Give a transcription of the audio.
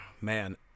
Man